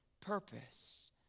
purpose